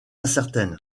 incertaine